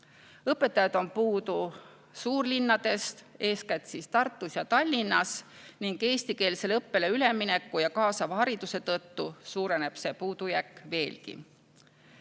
Õpetajaid on puudu suurlinnades, eeskätt Tartus ja Tallinnas, ning eestikeelsele õppele ülemineku ja kaasava hariduse tõttu suureneb see puudujääk veelgi.